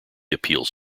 appeals